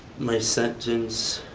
my sentence,